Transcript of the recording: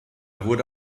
wurde